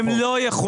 הם לא יכולים.